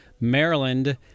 Maryland